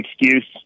excuse